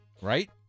right